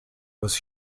was